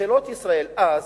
ממשלות ישראל אז